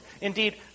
Indeed